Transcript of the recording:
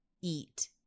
eat